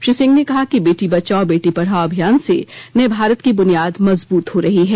श्री सिंह ने कहा कि बेटी बचाओ बेटी पढाओ अभियान से नये भारत की बुनियाद मजबूत हो रही है